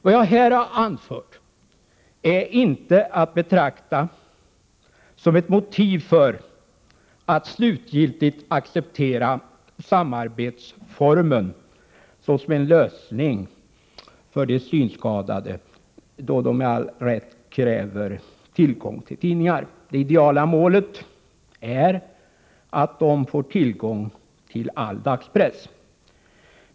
Vad jag här har anfört är inte att betrakta som ett motiv för att slutgiltigt acceptera samarbetsformen såsom en lösning för de synskadade, då de med all rätt kräver tillgång till tidningar. Det ideala målet är att de får tillgång till all dagspress.